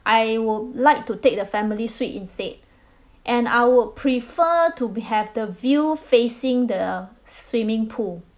I would like to take the family suite instead and I would prefer to be have the view facing the swimming pool